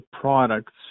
products